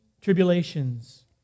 tribulations